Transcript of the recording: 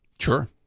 Sure